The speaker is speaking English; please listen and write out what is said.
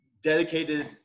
Dedicated